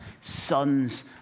sons